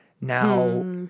Now